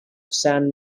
sand